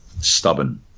stubborn